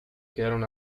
quedaron